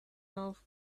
mouth